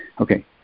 Okay